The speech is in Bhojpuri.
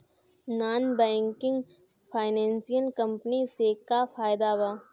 नॉन बैंकिंग फाइनेंशियल कम्पनी से का फायदा बा?